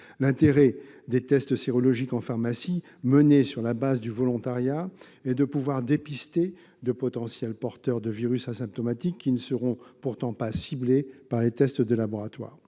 L'intérêt des tests sérologiques en pharmacie, menés sur la base du volontariat, est de pouvoir dépister de potentiels porteurs de virus asymptomatiques, qui ne seront pourtant pas ciblés par les tests en laboratoire.